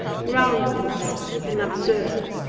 groundless and absurd.